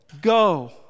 go